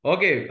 Okay